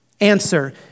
Answer